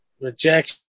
rejection